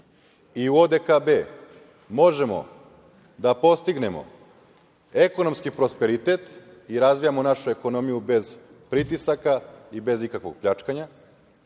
i u ODKB možemo da postignemo ekonomski prosperitet i da razvijamo našu ekonomiju bez pritisaka i bez ikakvog pljačkanja,